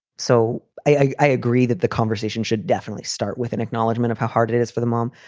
so i agree that the conversation should definitely start with an acknowledgement of how hard it it is for the mom.